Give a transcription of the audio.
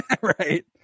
Right